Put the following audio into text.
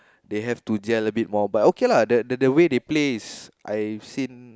they have to gel a bit more but okay lah the the the way they play is I've seen